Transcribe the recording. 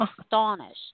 astonished